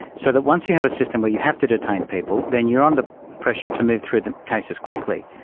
so that once you have a system where you have to detain people, then you're under pressure to move through the cases quickly.